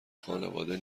خانواده